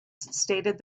stated